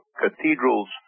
cathedrals